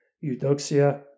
Eudoxia